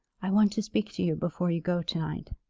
i want to speak to you before you go to-night.